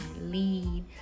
lead